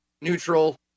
neutral